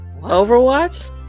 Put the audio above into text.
overwatch